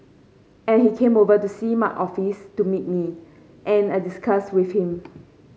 and he came over to see my office to meet me and I discussed with him